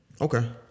Okay